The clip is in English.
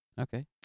Okay